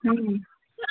हूँ